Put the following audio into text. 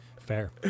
fair